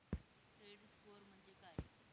Credit score म्हणजे काय?